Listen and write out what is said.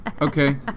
Okay